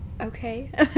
okay